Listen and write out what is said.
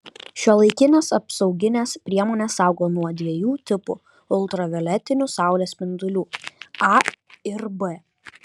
šiuolaikinės apsauginės priemonės saugo nuo dviejų tipų ultravioletinių saulės spindulių a ir b